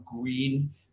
green